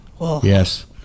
Yes